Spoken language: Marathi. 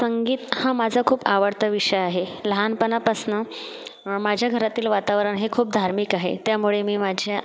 संगीत हा माझा खूप आवडता विषय आहे लहानपणापासून माझ्या घरातील वातावरण हे खूप धार्मिक आहे त्यामुळे मी माझ्या